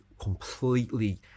completely